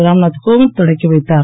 ராம்நாத் கோவிந்த் தொடக்கி வைத்தார்